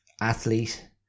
athlete